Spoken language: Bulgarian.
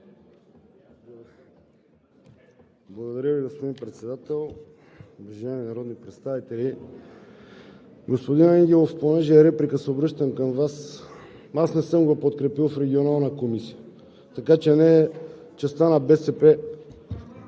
Благодаря Ви, господин Председател. Уважаеми народни представители! Господин Ангелов, понеже е реплика, се обръщам към Вас: аз не съм го подкрепил в Регионалната комисия, така че не е частта на БСП,